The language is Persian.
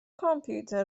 کامپیوتر